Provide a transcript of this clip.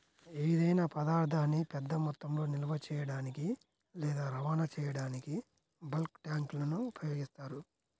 ఏదైనా పదార్థాన్ని పెద్ద మొత్తంలో నిల్వ చేయడానికి లేదా రవాణా చేయడానికి బల్క్ ట్యాంక్లను ఉపయోగిస్తారు